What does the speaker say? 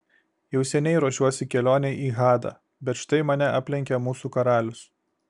jau seniai ruošiuosi kelionei į hadą bet štai mane aplenkia mūsų karalius